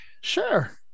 Sure